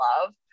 love